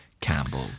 Campbell